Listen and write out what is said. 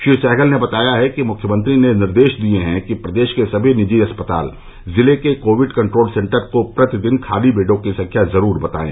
श्री सहगल ने बताया है कि मुख्यमंत्री ने निर्देश दिये हैं कि प्रदेश के सभी निजी अस्पताल जिले के कोविड कट्रोल सेन्टर को प्रतिदिन खाली बेडों की संख्या जरूर बताये